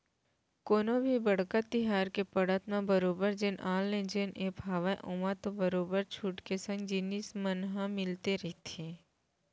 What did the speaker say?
कोनो भी बड़का तिहार के पड़त म बरोबर जेन ऑनलाइन जेन ऐप हावय ओमा तो बरोबर छूट के संग जिनिस मन ह मिलते रहिथे